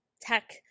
tech